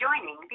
joining